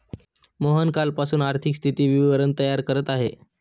मोहन कालपासून आर्थिक स्थिती विवरण तयार करत आहे